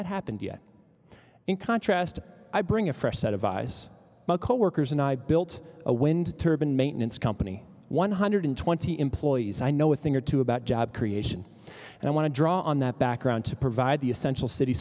that happened yet in contrast i bring a fresh set of eyes my coworkers and i built a wind turbine maintenance company one hundred twenty employees i know a thing or two about job creation and i want to draw on that background to provide the essential city